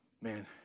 Man